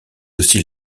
aussi